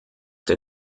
der